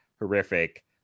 horrific